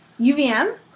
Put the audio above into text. uvm